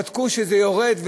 בדקו שזה יורד.